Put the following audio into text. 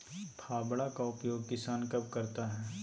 फावड़ा का उपयोग किसान कब करता है?